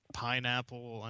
pineapple